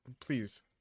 Please